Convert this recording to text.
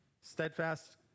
Steadfast